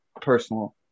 personal